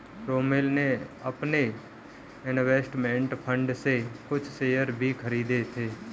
रोमिल ने अपने investment fund से कुछ शेयर भी खरीदे है